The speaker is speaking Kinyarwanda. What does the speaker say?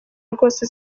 rwose